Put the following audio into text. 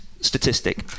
statistic